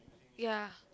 ya